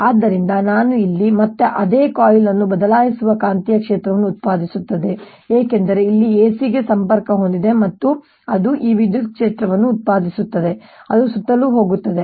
ಆದ್ದರಿಂದ ನಾನು ಇಲ್ಲಿ ಮತ್ತೆ ಅದೇ ಕಾಯಿಲ್ ಅನ್ನು ಬದಲಾಯಿಸುವ ಕಾಂತೀಯ ಕ್ಷೇತ್ರವನ್ನು ಉತ್ಪಾದಿಸುತ್ತದೆ ಏಕೆಂದರೆ ಇದು ಇಲ್ಲಿ AC ಗೆ ಸಂಪರ್ಕ ಹೊಂದಿದೆ ಮತ್ತು ಅದು ಈ ವಿದ್ಯುತ್ ಕ್ಷೇತ್ರವನ್ನು ಉತ್ಪಾದಿಸುತ್ತದೆ ಅದು ಸುತ್ತಲೂ ಹೋಗುತ್ತದೆ